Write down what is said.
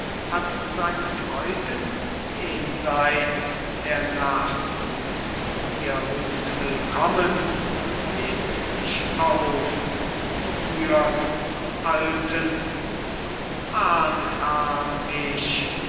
hat seine freuden jenseits der nacht ihr ruft willkommen und nehmt mich auf o führt zum alten zum ahnherrn mich